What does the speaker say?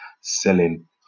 selling